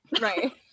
Right